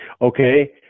Okay